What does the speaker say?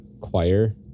choir